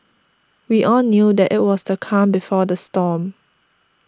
we all knew that it was the calm before the storm